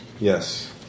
Yes